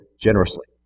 generously